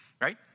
Right